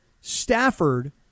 Stafford